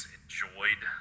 enjoyed